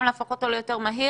גם להפוך אותו ליותר מהיר